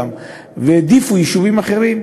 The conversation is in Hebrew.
והעדיפו יישובים אחרים,